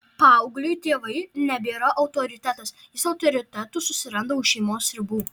paaugliui tėvai nebėra autoritetas jis autoritetų susiranda už šeimos ribų